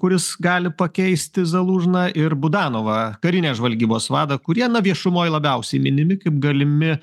kuris gali pakeisti zalūžną ir budanovą karinės žvalgybos vadą kurie viešumoj labiausiai minimi kaip galimi